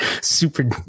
super